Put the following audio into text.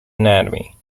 anatomy